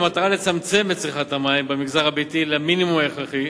במטרה לצמצם את צריכת המים במגזר הביתי למינימום ההכרחי,